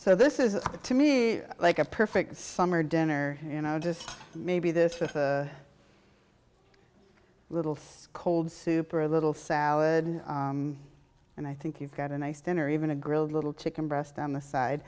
so this is to me like a perfect summer dinner you know just maybe this for a little cold soup or a little salad and i think you've got a nice dinner even a grilled little chicken breast on the side